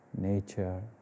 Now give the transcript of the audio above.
nature